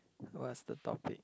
what's the topic